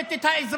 דורסת את האזרח: